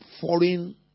foreign